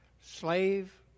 slave